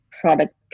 product